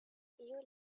you